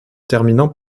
terminant